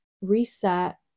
reset